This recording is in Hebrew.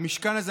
במשכן הזה,